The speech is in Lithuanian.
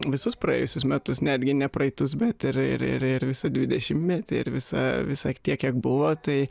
visus praėjusius metus netgi ne praeitus bet ir ir visą dvidešimtmetį ir visa visą tiek kiek buvo tai